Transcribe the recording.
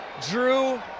Drew